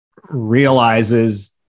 realizes